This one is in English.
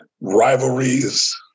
rivalries